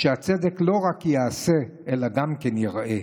שהצדק לא רק ייעשה אלא גם ייראה.